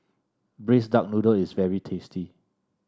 Braised Duck Noodle is very tasty